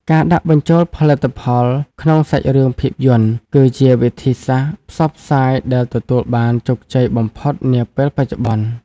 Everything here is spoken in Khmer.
ការដាក់បញ្ចូលផលិតផលក្នុងសាច់រឿងភាពយន្ត គឺជាវិធីសាស្ត្រផ្សព្វផ្សាយដែលទទួលបានជោគជ័យបំផុតនាពេលបច្ចុប្បន្ន។